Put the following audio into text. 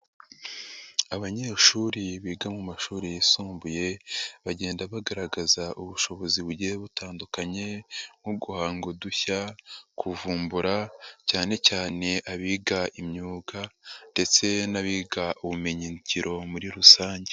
Abanyeshuri biga mu mashuri yisumbuye, bagenda bagaragaza ubushobozi bugiye butandukanye nko guhanga udushya, kuvumbura cyane cyane abiga imyuga ndetse n'abiga ubumenyingiro muri rusange.